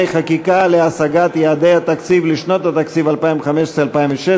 חקיקה ליישום המדיניות הכלכלית לשנות התקציב 2015 ו-2016),